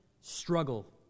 struggle